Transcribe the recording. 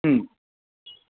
হুম